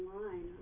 online